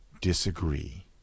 disagree